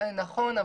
נכון,